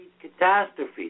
Catastrophe